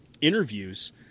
interviews